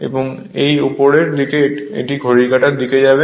এবং এই উপরের দিকে এটি ঘড়ির কাঁটার দিকে যাবে